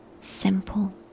simple